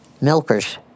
milkers